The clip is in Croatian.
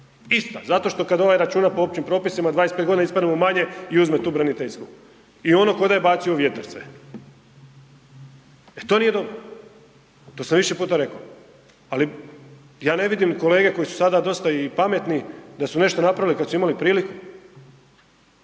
Ista, zato šta kad ovaj računa po općim propisima 25.g. ispadne mu manje i uzme tu braniteljsku i ono koda je bacio u vjetar sve. E to nije dobro, to sam više puta reko. Ali ja ne vidim kolege koji su sada dosta i pametni da su nešto napravili kad su imali priliku.